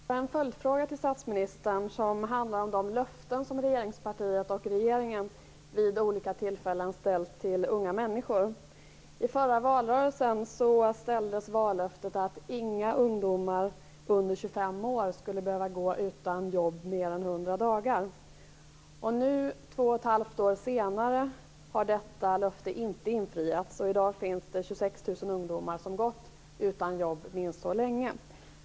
Fru talman! Jag har en följdfråga till statsministern. Den handlar om de löften som regeringspartiet och regeringen vid olika tillfällen har utställt till unga människor. Under förra valrörelsen utställdes vallöftet att inga ungdomar under 25 år skulle behöva att gå utan jobb i mer än 100 dagar. Nu, två och ett halvt år senare har detta löfte inte infriats. I dag finns det 26 000 ungdomar som har gått utan jobb minst så länge.